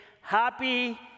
happy